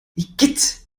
igitt